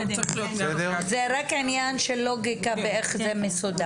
זה רק עניין של לוגיקה איך זה מסודר.